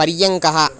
पर्यङ्कः